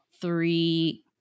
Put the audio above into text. three